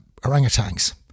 orangutans